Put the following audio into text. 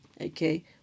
okay